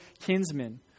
kinsmen